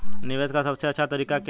निवेश का सबसे अच्छा तरीका क्या है?